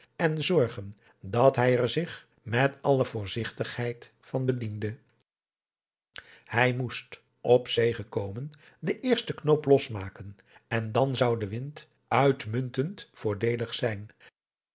en zorgen dat hij er zich met alle voorzigtigheid van bediende hij moest op zee gekomen den eersten knoop los maken en dan zou de wind uitmuntend voordeelig zijn